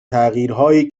تغییرهایی